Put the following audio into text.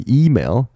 email